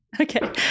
Okay